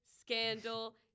scandal